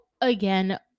again